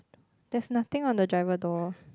there's nothing on the driver door